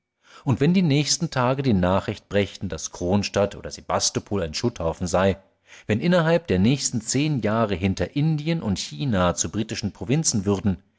und wenn die nächsten tage die nachricht brächten daß kronstadt oder sebastopol ein schutthaufen sei wenn innerhalb der nächsten zehn jahre hinterindien und china zu britischen provinzen würden